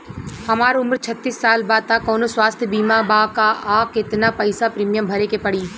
हमार उम्र छत्तिस साल बा त कौनों स्वास्थ्य बीमा बा का आ केतना पईसा प्रीमियम भरे के पड़ी?